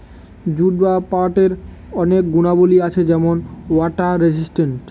jute বা পাটের অনেক গুণাবলী আছে যেমন ওয়াটার রেসিস্টেন্ট